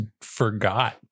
forgot